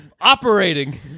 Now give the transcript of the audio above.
operating